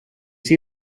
see